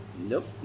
Nope